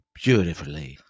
beautifully